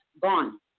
gone